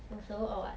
also or what